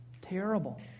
terrible